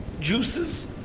juices